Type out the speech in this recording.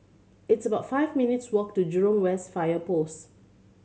it's about five minutes' walk to Jurong West Fire Post